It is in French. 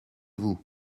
vous